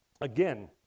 Again